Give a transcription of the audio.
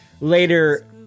later